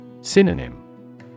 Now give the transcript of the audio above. Synonym